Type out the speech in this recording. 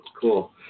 Cool